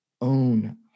own